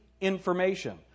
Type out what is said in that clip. information